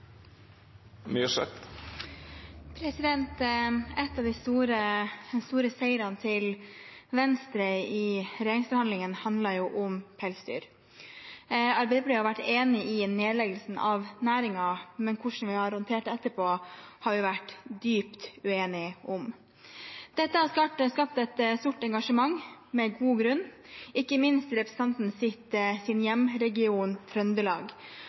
av de store seirene til Venstre i regjeringsforhandlingene handlet om pelsdyr. Arbeiderpartiet har vært enig i nedleggelsen av næringen, men når det gjelder håndteringen etterpå, har vi vært dypt uenig. Dette har skapt et stort engasjement, med god grunn, ikke minst i representantens hjemregion, Trøndelag.